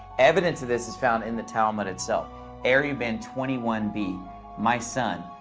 evidence of this is found in the talmud itself erubin twenty one b my son,